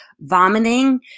vomiting